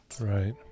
Right